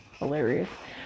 hilarious